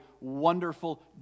wonderful